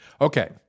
Okay